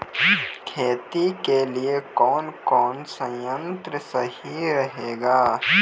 खेती के लिए कौन कौन संयंत्र सही रहेगा?